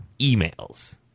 emails